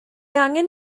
angen